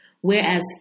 whereas